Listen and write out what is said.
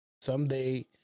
someday